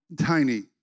tiny